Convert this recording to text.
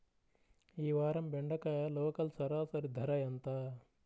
ఈ వారం బెండకాయ లోకల్ సరాసరి ధర ఎంత?